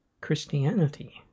Christianity